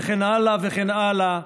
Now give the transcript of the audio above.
וכן הלאה וכן הלאה,